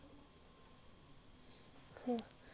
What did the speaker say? eh you want you want